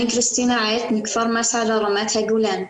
אני כריסטינה עית מכפר מסעדה ברמת הגולן.